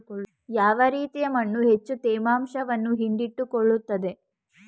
ಯಾವ ರೀತಿಯ ಮಣ್ಣು ಹೆಚ್ಚು ತೇವಾಂಶವನ್ನು ಹಿಡಿದಿಟ್ಟುಕೊಳ್ಳುತ್ತದೆ?